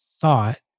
thought